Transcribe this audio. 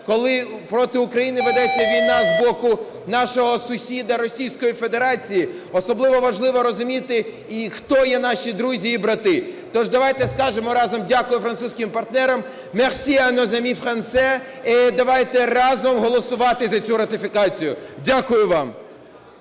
коли проти України ведеться війна з боку нашого сусіда Російської Федерації, особливо важливо розуміти і хто є наші друзі і брати. Тож давайте скажемо разом дякую французьким партнерам. Merci a nos amis fran?ais! І давайте разом голосувати за цю ратифікацію. Дякую вам.